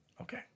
Okay